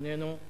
איננו.